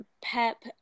PEP